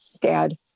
dad